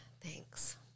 thanks